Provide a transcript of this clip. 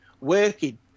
working